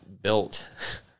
built